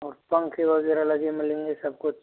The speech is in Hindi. और पंखे वगैरह लगे मिलेंगे सब कुछ